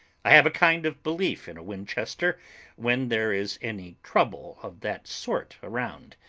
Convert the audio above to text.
i have a kind of belief in a winchester when there is any trouble of that sort around.